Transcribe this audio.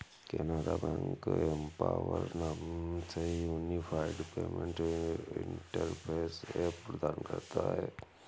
Canara bank empower नाम से unified payment interface app प्रदान करता हैं